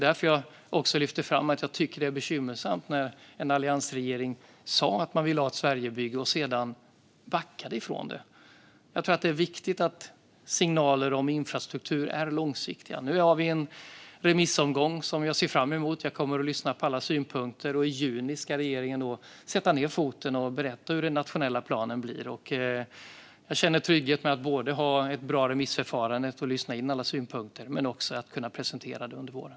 Därför lyfter jag fram att det var bekymmersamt när alliansregeringen sa att man ville ha ett Sverigebygge men sedan backade ifrån det. Det är viktigt att signaler om infrastruktur är långsiktiga. Nu har vi en remissomgång som jag ser fram emot. Jag kommer att lyssna på alla synpunkter. I juni ska regeringen sätta ned foten och berätta hur den nationella planen blir. Jag känner mig trygg med att vi har ett bra remissförfarande för att kunna lyssna in alla synpunkter och med att vi komer att kunna presentera detta under våren.